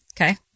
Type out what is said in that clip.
okay